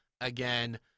again